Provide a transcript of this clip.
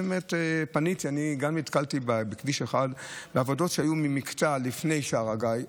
אני גם נתקלתי בכביש אחד בעבודות שהיו במקטע לפני שער הגיא.